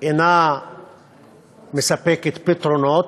אינה מספקת פתרונות.